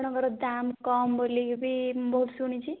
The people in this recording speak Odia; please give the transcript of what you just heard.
ଆପଣଙ୍କର ଦାମ୍ କମ୍ ବୋଲିକି ବି ବହୁତ ଶୁଣିଛି